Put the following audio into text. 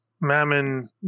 Mammon